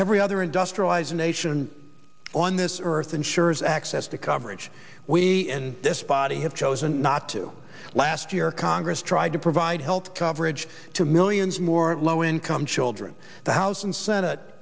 every other industrialized nation on this earth ensures access to coverage we in this body have chosen not to last year congress tried to provide health coverage to millions more low income children the house and senate